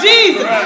Jesus